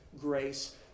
grace